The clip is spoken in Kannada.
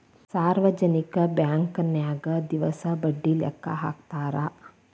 ಸಾರ್ವಜನಿಕ ಬಾಂಕನ್ಯಾಗ ದಿವಸ ಬಡ್ಡಿ ಲೆಕ್ಕಾ ಹಾಕ್ತಾರಾ